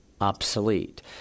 obsolete